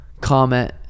comment